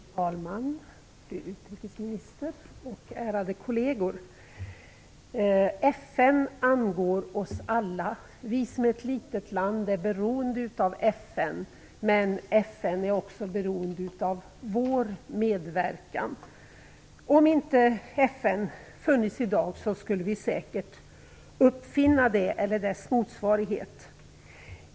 Fru talman! Fru utrikesminister! Ärade kolleger! FN angår oss alla. Sverige som är ett litet land är beroende av FN, men FN är också beroende av Sveriges medverkan. Om FN inte hade funnits i dag skulle vi säkert uppfinna det eller dess motsvarighet.